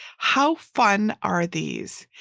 how fun are these.